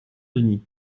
denis